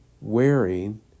Wearing